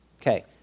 Okay